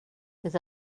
det